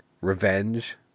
revenge